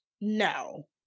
No